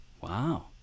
Wow